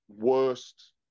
worst